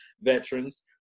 veterans